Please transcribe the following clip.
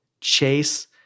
Chase